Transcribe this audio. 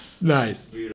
Nice